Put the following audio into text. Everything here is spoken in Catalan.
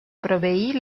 proveir